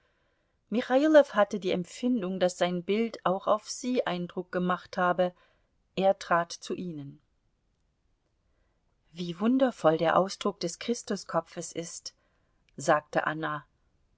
michailow hatte die empfindung daß sein bild auch auf sie eindruck gemacht habe er trat zu ihnen wie wundervoll der ausdruck des christuskopfes ist sagte anna